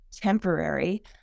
temporary